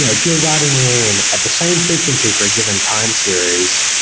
if you're writing in at the same frequency for given time series,